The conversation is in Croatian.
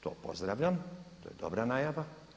To pozdravljam, to je dobra najava.